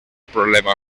problema